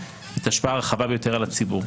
את ההשפעה הרחבה ביותר על הציבור.